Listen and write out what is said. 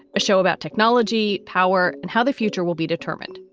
a show about technology, power and how the future will be determined.